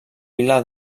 vila